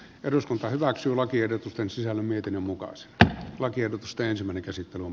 eduskunta hyväksyy lakiehdotusten sisällön mietinnön mukaiset lakiehdotustensa meni käsittelun